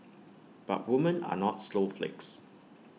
but women are not snowflakes